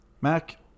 Mac